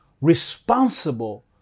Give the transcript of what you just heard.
responsible